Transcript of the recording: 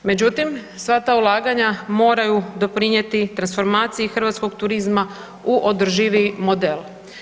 Međutim, sva ta ulaganja moraju doprinijeti transformaciji hrvatskog turizma u održiviji model.